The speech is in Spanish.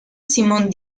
simón